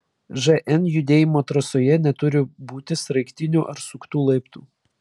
žn judėjimo trasoje neturi būti sraigtinių ar suktų laiptų